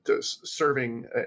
serving